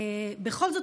בכל זאת,